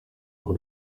urwo